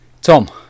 Tom